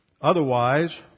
Otherwise